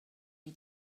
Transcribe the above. die